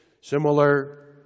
similar